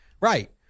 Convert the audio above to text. Right